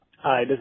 Hi